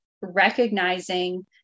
recognizing